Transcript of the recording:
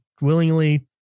willingly